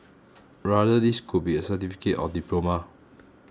rather this could be a certificate or diploma